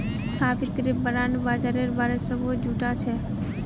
Savitri bond बाजारेर बारे सबूत जुटाछेक